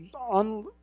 on